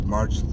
March